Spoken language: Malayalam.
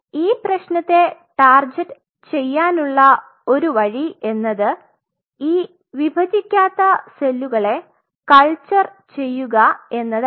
ഈ പ്രേശ്നത്തെ ടാർജെറ്റ് ചെയ്യാൻ ഉള്ള ഒരു വഴി എന്നത് ഈ വിഭജിക്കാത്ത സെല്ലുകളെ കൽച്ചർ ചെയുക എന്നതാണ്